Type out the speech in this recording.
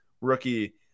Rookie